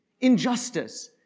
Injustice